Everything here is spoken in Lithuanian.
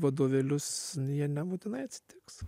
vadovėlius jie nebūtinai atsitiks